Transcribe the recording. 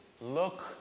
look